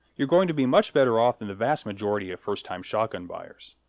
you're going to be much better off than the vast majority of first-time shotgun buyers.